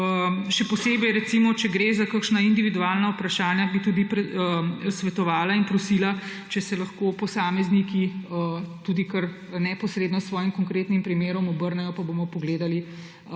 Še posebej recimo če gre za kakšna individualna vprašanja, bi tudi svetovala in prosila, če se lahko posamezniki kar neposredno s svojim konkretnim primerom obrnejo, pa bomo pogledali,